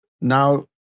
now